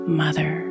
mother